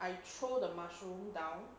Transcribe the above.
I throw the mushroom down